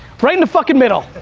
right in the fucking middle.